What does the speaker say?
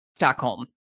Stockholm